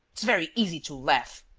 it's very easy to laugh!